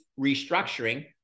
restructuring